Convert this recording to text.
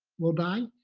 will die.